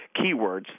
keywords